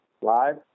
Live